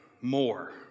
more